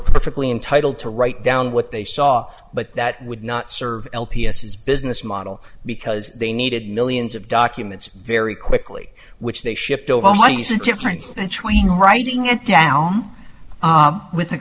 perfectly entitled to write down what they saw but that would not serve l p s his business model because they needed millions of documents very quickly which they shipped over a license difference between writing and down with a